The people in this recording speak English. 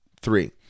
three